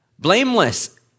blameless